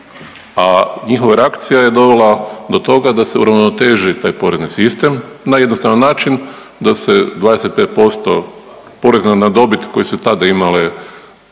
a njihova reakcija je dovela do toga da se uravnoteži taj porezni sistem na jednostavan način da se 25% poreza na dobit koje su tada imale